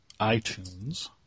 iTunes